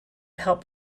help